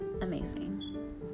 amazing